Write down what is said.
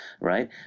right